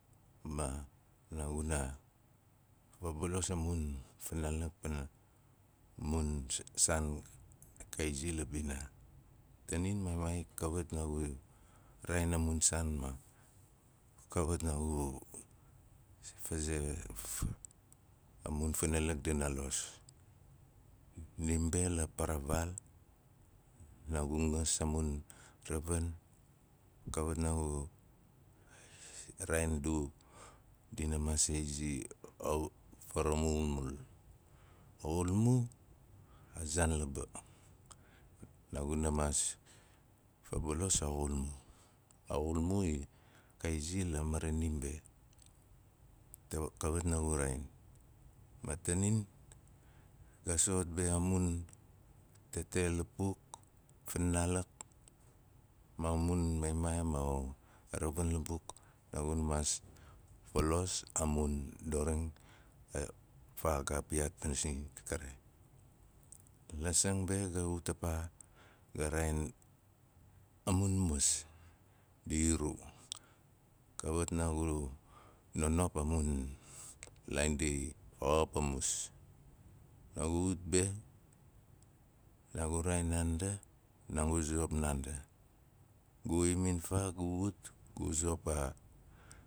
Ma naaguna fabalos a mun finaalak pana am saan ka izi la bina. Tanim maa i maai maai kawat naagui raain a mun saan ma kawat nangui a mun funaalak dina los. Nim mbe la paana vaal, naagu gas amun ravin kawat naagu, raain di dina maas azizi faraxumal. A xalma a zaan lapok naaguna maas fabalos a xulmu. A xulmu i ka izi la marana mbe tamon kawat naagu raain ma tanim ga so- ot be amun tete lapuk finaalak ma mun maai maai ma a u ravin lapuk naaguna maas falos a mun doring ga piyaat lasana be ga ut a pan, ga raain a mun mas di iru, kawit naagu nonop a mun bain ndi xap a mus. Naagu ut be, naagu raain naanda, naagu zop naandu gu imun faa gu ut be gu zop a